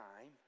time